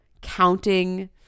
counting